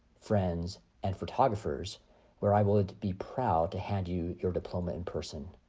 friends and photographers where i will it to be proud to hand you your diploma in person.